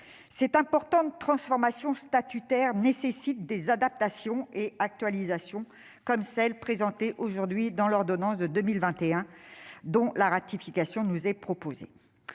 Cette importante transformation statutaire nécessite des adaptations et des actualisations, comme celles détaillées dans l'ordonnance de 2021, dont la ratification nous est proposée